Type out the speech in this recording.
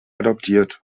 adoptiert